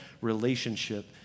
relationship